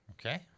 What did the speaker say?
Okay